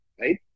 right